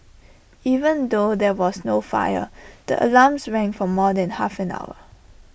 even though there was no fire the alarms rang for more than half an hour